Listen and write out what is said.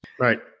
right